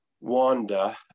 Wanda